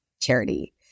charity